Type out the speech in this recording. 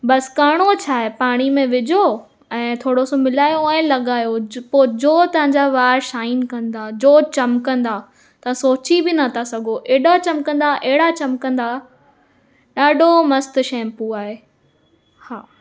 बसि करिणो छा आहे पाणी में विझो ऐं थोरो सो मिलायो ऐं लॻायो पोइ जो तव्हां जा वार शाइन कंदा जो चमकंदा तव्हां सोचे बि न था सघो एॾा चमकंदा अहिड़ा चमकंदा ॾाढो मस्तु शैम्पू आहे हा